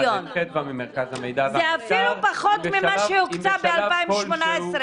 זה אפילו פחות ממה שהוקצה ב-2018.